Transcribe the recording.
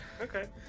Okay